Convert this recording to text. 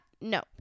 no